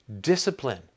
Discipline